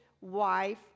wife